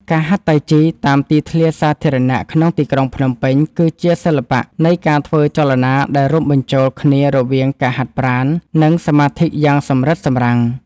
ការហាត់តៃជីតាមទីធ្លាសាធារណៈក្នុងទីក្រុងភ្នំពេញ គឺជាសិល្បៈនៃការធ្វើចលនាដែលរួមបញ្ចូលគ្នារវាងការហាត់ប្រាណ និងសមាធិយ៉ាងសម្រិតសម្រាំង។